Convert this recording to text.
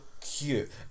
cute